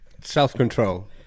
self-control